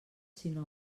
sinó